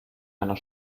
einer